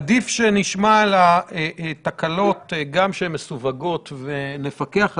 עדיף שנשמע על התקלות גם כשהן מסווגות ונפקח עליהן,